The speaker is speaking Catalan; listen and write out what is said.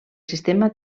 sistema